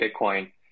Bitcoin